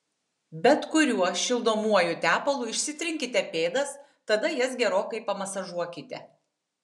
bet kuriuo šildomuoju tepalu išsitrinkite pėdas tada jas gerokai pamasažuokite